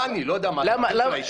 מה, אני לא יודע מה טוב ליישוב?